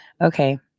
Okay